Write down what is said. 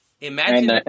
Imagine